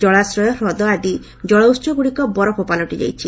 ଜଳାଶ୍ରୟ ହ୍ରଦ ଆଦି ଜଳ ଉତ୍ସଗୁଡ଼ିକ ବରଫ ପାଲଟି ଯାଇଛି